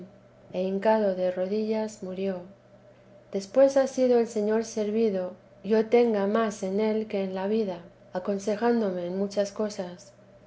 e hincado de rodillas murió después ha sido el señor servido yo tenga más en él que en la vida aconsejándome en muchas cosas